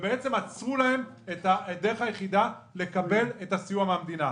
ובעצם עצרו להם את הדרך היחידה לקבל את הסיוע מהמדינה.